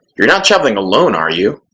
you're not traveling alone, are you?